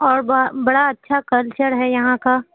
اور بڑا اچھا کلچر ہے یہاں کا